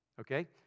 Okay